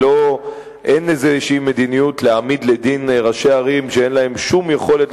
ואין איזושהי מדיניות להעמיד לדין ראשי ערים שאין להם שום יכולת,